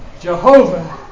Jehovah